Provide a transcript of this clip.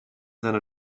seine